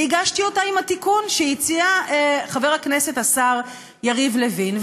והגשתי אותה עם התיקון שהציע חבר הכנסת השר יריב לוין,